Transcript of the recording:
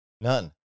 None